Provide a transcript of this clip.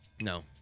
No